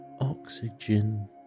oxygen